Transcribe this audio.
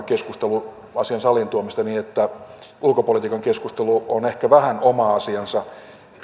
keskustelu asian saliin tuomisesta voisi nyt sitten jatkua ulkopolitiikan keskustelu on ehkä vähän oma asiansa